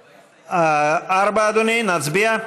מס' 4, אדוני, נצביע?